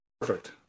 Perfect